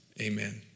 amen